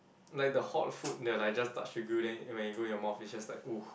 like the hot food they're like just touch the grill then when it go in your mouth it just like !woo!